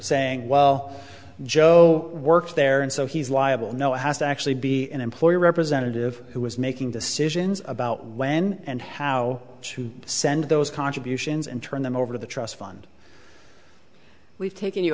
saying well joe works there and so he's liable no it has to actually be an employee representative who is making decisions about when and how to send those contributions and turn them over to the trust fund we've taken you